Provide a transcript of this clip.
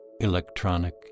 Electronic